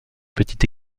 petite